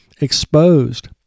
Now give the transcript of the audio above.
exposed